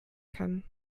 kann